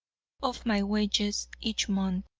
of my wages each month.